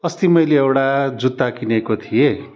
अस्ति मैले एउटा जुत्ता किनेको थिएँ